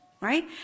Right